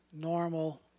normal